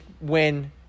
win